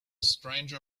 stranger